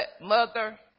mother